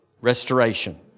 restoration